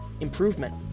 improvement